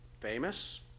famous